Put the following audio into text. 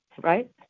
right